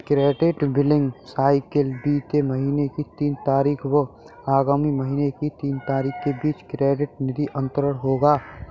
credit billing cycle बीते महीने की तीन तारीख व आगामी महीने की तीन तारीख के बीच क्रेडिट निधि अंतरण होगा